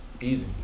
Easy